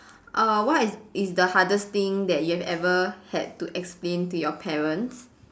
uh what is is the hardest thing that you ever had to explain to your parents